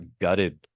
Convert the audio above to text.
gutted